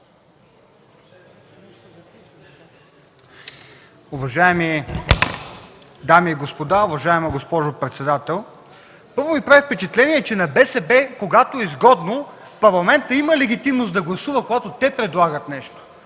Уважаеми дами и господа, уважаема госпожо председател! Първо ми прави впечатление, че на БСП, когато е изгодно, Парламентът има легитимност да гласува, когато те предлагат нещо.